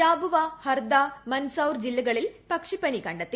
ജാബുവ ഹർദ മൻദ്സൌർ ദ് ജില്ലകളിൽ പക്ഷിപ്പനി കണ്ടെത്തി